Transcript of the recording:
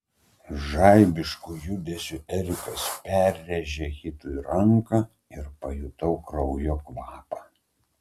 žaibišku judesiu erikas perrėžė hitui ranką ir pajutau kraujo kvapą